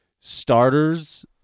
starters